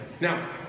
Now